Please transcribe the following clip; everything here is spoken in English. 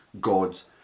God's